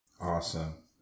Awesome